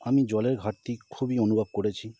আমি জলের ঘাটতি খুবই অনুভব করেছি